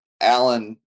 alan